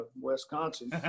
Wisconsin